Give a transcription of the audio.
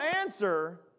answer